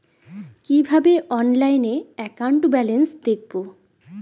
কিভাবে অনলাইনে account balance দেখবো?